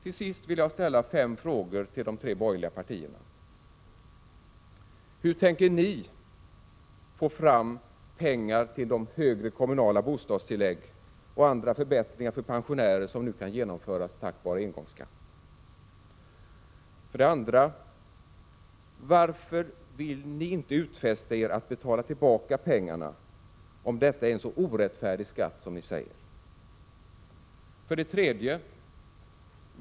Till sist vill jag ställa fem frågor till de tre borgerliga partierna. 1. Hur tänker ni få fram pengar till de högre kommunala bostadstillägg och andra förbättringar för pensionärer som nu kan genomföras tack vare engångsskatten? 2. Varför vill ni inte utfästa er att betala tillbaka pengarna om detta är en så orättfärdig skatt som ni säger? 3.